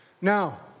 Now